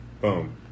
boom